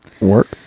Work